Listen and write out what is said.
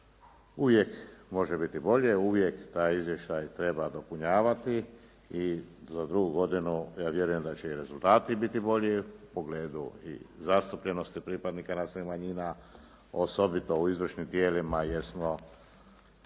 uvijek može biti bolje, uvijek taj izvještaj treba dopunjavati i za drugu godinu ja vjerujem da će i rezultati biti bolji u pogledu zastupljenosti pripadnika nacionalnih manjina, osobito u izvršnim tijelima jer smo